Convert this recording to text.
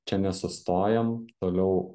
čia nesustojam toliau